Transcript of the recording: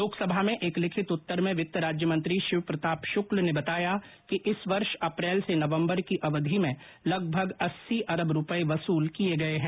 लोकसभा में एक लिखित उत्तर में वित्त राज्यमंत्री शिवप्रताप शुक्ल ने बताया कि इस वर्ष अप्रैल से नवम्बर की अवधि में लगभग अस्सी अरब रूपये वसूल किये गये हैं